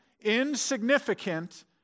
insignificant